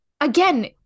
again